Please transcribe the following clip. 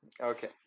Okay